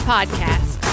Podcast